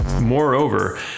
Moreover